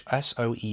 SOE